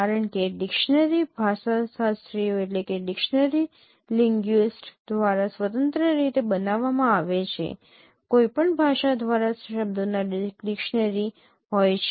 કારણ કે ડિક્શનરી ભાષાશાસ્ત્રીઓ દ્વારા સ્વતંત્ર રીતે બનાવવામાં આવે છે કોઈપણ ભાષા દ્વારા શબ્દોના ડિક્શનરી હોય છે